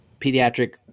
pediatric